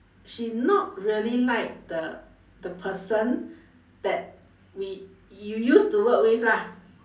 she not really like the the person that we you used to work with lah